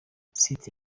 site